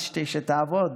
אז שתעבוד.